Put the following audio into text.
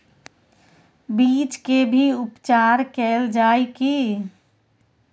बीज के भी उपचार कैल जाय की?